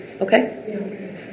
Okay